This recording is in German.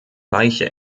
weiche